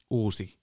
uusi